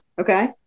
okay